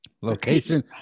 location